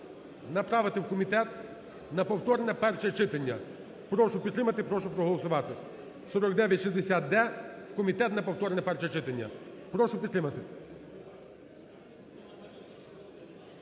направити у комітет на повторне перше читання. Прошу підтримати, прошу проголосувати